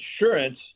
insurance